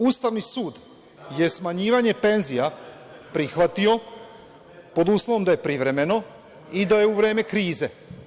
Ustavni sud je smanjivanje penzija prihvatio pod uslovom da je privremeno i da je u vreme krize.